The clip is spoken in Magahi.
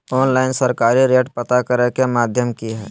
ऑनलाइन सरकारी रेट पता करे के माध्यम की हय?